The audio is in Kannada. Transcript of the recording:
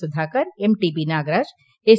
Sudhakar MTB Nagaraj S